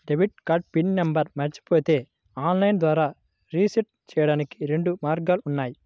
debit card PIN నంబర్ను మరచిపోతే online ద్వారా రీసెట్ చెయ్యడానికి రెండు మార్గాలు ఉన్నాయి